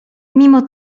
mimo